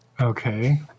Okay